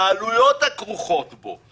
העלויות הכרוכות בו,